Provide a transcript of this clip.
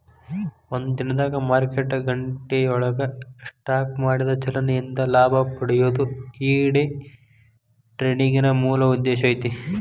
ಒಂದ ದಿನದಾಗ್ ಮಾರ್ಕೆಟ್ ಗಂಟೆಯೊಳಗ ಸ್ಟಾಕ್ ಮಾಡಿದ ಚಲನೆ ಇಂದ ಲಾಭ ಪಡೆಯೊದು ಈ ಡೆ ಟ್ರೆಡಿಂಗಿನ್ ಮೂಲ ಉದ್ದೇಶ ಐತಿ